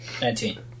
Nineteen